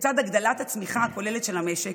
לצד הגדלת הצמיחה הכוללת של המשק,